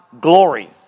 glory